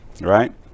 Right